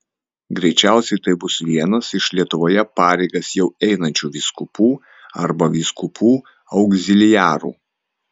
greičiausiai tai bus vienas iš lietuvoje pareigas jau einančių vyskupų arba vyskupų augziliarų